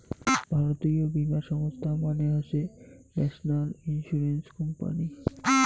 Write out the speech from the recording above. জাতীয় বীমা সংস্থা মানে হসে ন্যাশনাল ইন্সুরেন্স কোম্পানি